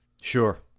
Sure